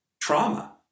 trauma